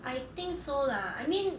I think so lah I mean